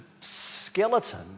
skeleton